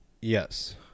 yes